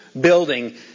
building